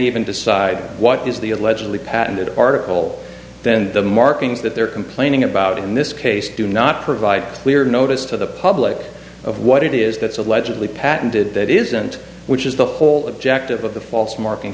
even decide what is the allegedly patented article then the markings that they're complaining about in this case do not provide clear notice to the public of what it is that's allegedly patented that isn't which is the whole objective of the false marking